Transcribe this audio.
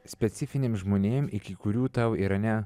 specifiniam žmonėm iki kurių tau irane